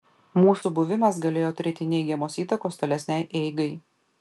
mūsų buvimas galėjo turėti neigiamos įtakos tolesnei eigai